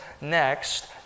next